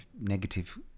negative